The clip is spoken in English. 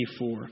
24